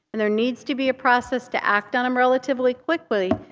and there needs to be a process to act on them relatively quickly,